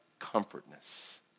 comfortness